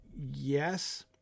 Yes